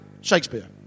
Shakespeare